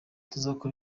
tuzakora